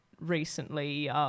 recently